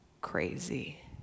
crazy